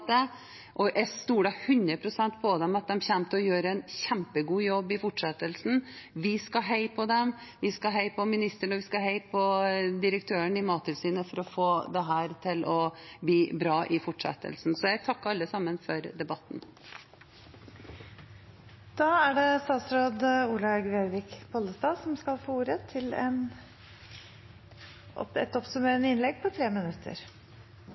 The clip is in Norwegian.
og jeg stoler hundre prosent på at de kommer til å gjøre en kjempegod jobb i fortsettelsen. Vi skal heie på dem, vi skal heie på ministeren, og vi skal heie på direktøren i Mattilsynet for å få dette til å bli bra i fortsettelsen. Jeg takker alle sammen for debatten. Jeg vil takke for noen av spørsmålene underveis. Jeg vil først svare representanten fra Senterpartiet, som